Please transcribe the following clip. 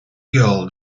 girl